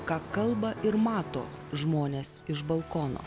ką kalba ir mato žmonės iš balkono